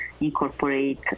incorporate